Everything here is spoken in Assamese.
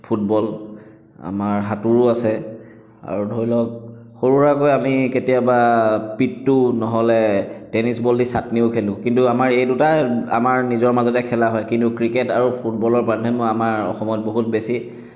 ফুটবল আমাৰ সাঁতোৰো আছে আৰু ধৰি লওক সৰু সুৰাকৈ আমি কেতিয়াবা পিত্তু নহ'লে টেনিছ বল দি চাটনিও খেলোঁ কিন্তু আমাৰ এই দুটা আমাৰ নিজৰ মাজতে খেলা হয় কিন্তু ক্ৰিকেট আৰু ফুটবলৰ প্ৰাধান্য আমাৰ অসমত বহুত বেছি